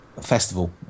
festival